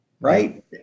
Right